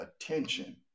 attention